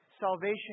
Salvation